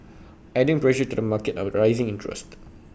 adding pressure to the market are rising interest